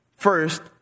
First